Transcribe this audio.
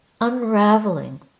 unraveling